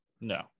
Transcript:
No